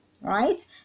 right